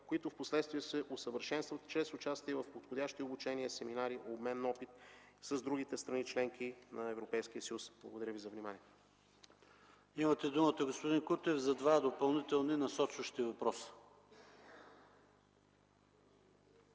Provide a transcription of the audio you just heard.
които впоследствие се усъвършенстват чрез участие в подходящи обучения, семинари и обмен на опит с другите страни – членки на Европейския съюз. Благодаря Ви за вниманието. ПРЕДСЕДАТЕЛ ПАВЕЛ ШОПОВ: Имате думата, господин Кутев, за два допълнителни насочващи въпроса.